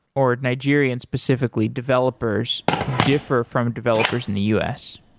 or nigerian specifically, developers differ from developers in the us?